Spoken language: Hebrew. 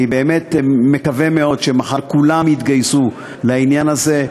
אני באמת מקווה מאוד שמחר כולם יתגייסו לעניין הזה,